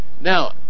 Now